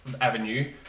avenue